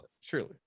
surely